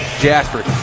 Jasper